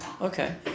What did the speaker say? okay